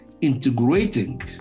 integrating